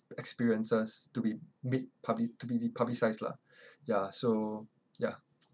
experiences to be made public to be publicised lah ya so ya